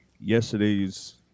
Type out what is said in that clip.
yesterday's